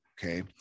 Okay